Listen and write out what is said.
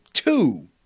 two